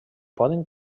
poden